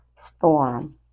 storm